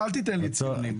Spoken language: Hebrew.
אל תיתן לי ציונים.